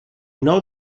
know